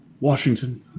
Washington